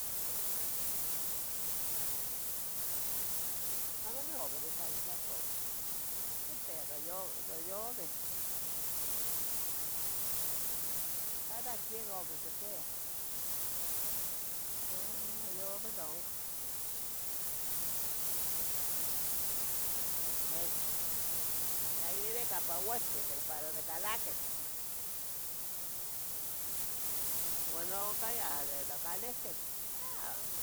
Sa ihquiu. Amo quipiya nolluveh inon, inon. Amo no vili tla ihtlapouah, hay que pedo lloveh, lloveh. Tliolichopa. Cada quien lo quen quepeah, ahh lluve dunca, este, ya ninin de campa uactle para de calaquis. De mopurtuntzin. Uan oncan ya de no calihtic, pero amo ah,